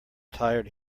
tired